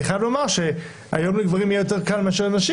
אני חייב לומר שהיום לגברים יהיה יותר קל מאשר לנשים